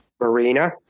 Marina